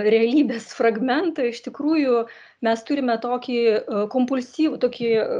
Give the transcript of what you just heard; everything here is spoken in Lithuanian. realybės fragmentą iš tikrųjų mes turime tokį kompulsyv tokį